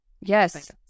yes